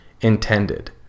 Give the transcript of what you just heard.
intended